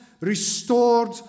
restored